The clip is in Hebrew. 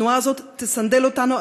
התנועה הזאת תסנדל אותנו,